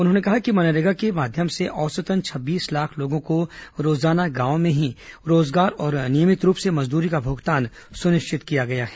उन्होंने बताया कि मनरेगा के माध्यम से औसतन छब्बीस लाख लोगों को रोजाना गांव में ही रोजगार और नियमित रूप से मजदूरी का भुगतान सुनिश्चित किया गया है